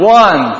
one